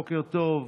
בוקר טוב.